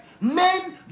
men